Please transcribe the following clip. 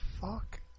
fuck